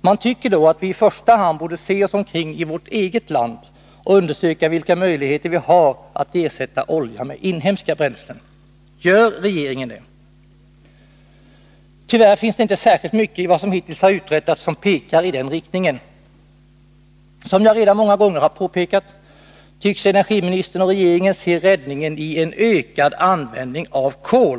Man tycker då att vi i första hand borde se oss omkring i vårt eget land och undersöka vilka möjligheter vi har att ersätta olja med inhemska bränslen. Gör regeringen det? Tyvärr finns det inte särskilt mycket i vad som hittills har uträttats som pekar i den riktningen. Som jag redan många gånger har påpekat tycks energiministern och regeringen se räddningen i ökad användning av kol.